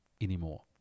anymore